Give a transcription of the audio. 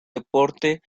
deporte